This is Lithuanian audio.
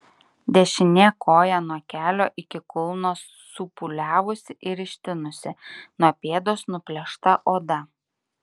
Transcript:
dešinė koja nuo kelio iki kulno supūliavusi ir ištinusi nuo pėdos nuplėšta oda